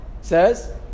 says